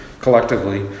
collectively